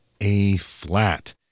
A-flat